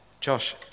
Josh